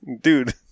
Dude